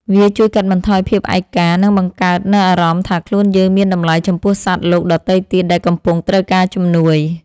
វាជួយកាត់បន្ថយភាពឯកា និងបង្កើតនូវអារម្មណ៍ថាខ្លួនយើងមានតម្លៃចំពោះសត្វលោកដទៃទៀតដែលកំពុងត្រូវការជំនួយ។